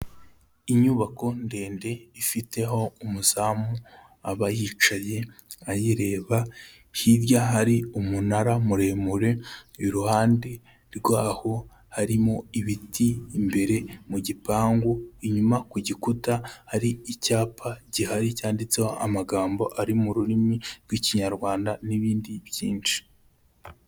Inyubako ndende ifiteho umuzamu aba yicaye ayireba, hirya hari umunara muremure iruhande rwaho harimo ibiti imbere mu gipangu, inyuma ku gikuta hari icyapa gihari cyanditseho amagambo ari mu rurimi rw'ikinyarwanda n'ibindi byinshi.